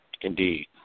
Indeed